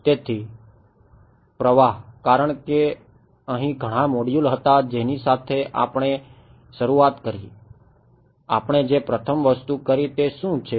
તેથી પ્રવાહ કારણ કે અહીં ઘણા મોડ્યુલ હતા જેની સાથે આપણે શરૂઆત કરી આપણે જે પ્રથમ વસ્તુ કરી તે શું છે